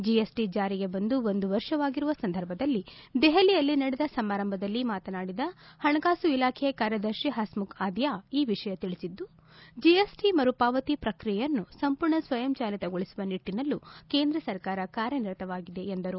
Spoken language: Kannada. ಜಿಎಸ್ಟಿ ಜಾರಿಗೆ ಬಂದು ಒಂದು ವರ್ಷವಾಗಿರುವ ಸಂದರ್ಭದಲ್ಲಿ ದೆಹಲಿಯಲ್ಲಿ ನಡೆದ ಸಮಾರಂಭದಲ್ಲಿ ಮಾತನಾಡಿದ ಪಣಕಾಸು ಇಲಾಬೆಯ ಕಾರ್ಯದರ್ತಿ ಹಸ್ಮುಖ್ ಅಧಿಯಾ ಈ ವಿಷಯ ತಿಳಿಸಿದ್ದು ಜಿಎಸ್ಟಿ ಮರುಪಾವತಿ ಪ್ರಕ್ರಿಯೆಯನ್ನು ಸಂಪೂರ್ಣ ಸ್ವಯಂ ಚಾಲಿತಗೊಳಿಸುವ ನಿಟ್ಟನಲ್ಲೂ ಕೇಂದ್ರ ಸರ್ಕಾರ ಕಾರ್ಯನಿರತವಾಗಿದೆ ಎಂದರು